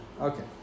Okay